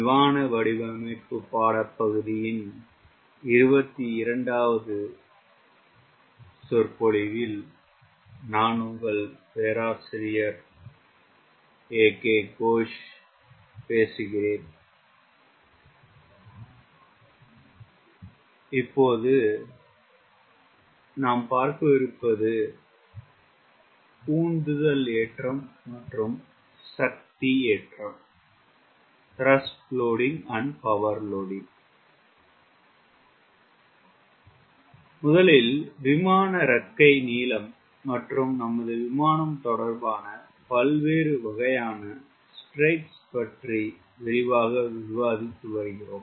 விமான இறக்கை நீளம் மற்றும் நமது விமானம் தொடர்பான பல்வேறு வகைகயான ஸ்ட்ரேக்குகள் பற்றி விரிவாக விவாதித்து வருகிறோம்